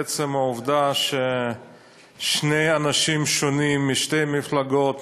עצם העובדה ששני אנשים שונים משתי מפלגות,